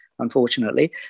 unfortunately